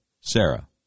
Sarah